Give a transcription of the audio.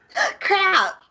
Crap